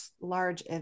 large